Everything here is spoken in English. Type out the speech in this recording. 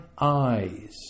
eyes